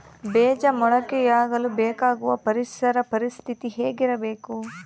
ಬೇಜ ಮೊಳಕೆಯಾಗಲು ಬೇಕಾಗುವ ಪರಿಸರ ಪರಿಸ್ಥಿತಿ ಹೇಗಿರಬೇಕು?